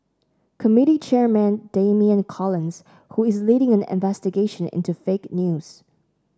committee chairman Damian and Collins who is leading an investigation into fake news